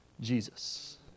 Jesus